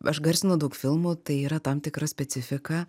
aš garsinu daug filmų tai yra tam tikra specifika